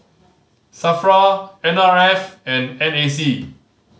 SAFRA N R F and N A C